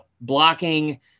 Blocking